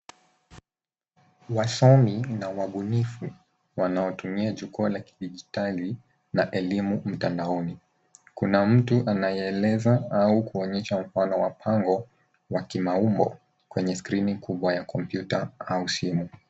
Wasomi na wabunifu wanatumia jukwaa la kidigitali na elimu mtandaoni. Kuna mtu anayeeleza au kuonyesha mfano wa pango wa kimaumbo kwenye skrini kubwa ya kompyuta au simu.